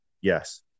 Yes